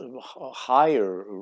higher